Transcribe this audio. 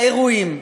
לאירועים.